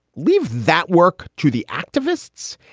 leave that work to the activists.